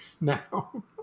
now